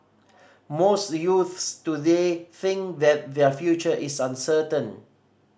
most youths today think that their future is uncertain